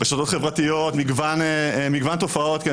ברשתות החברתיות יש מגוון תופעות, כן?